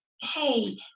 hey